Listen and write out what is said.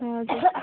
हजुर